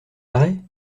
arrêt